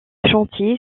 chantier